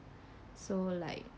so like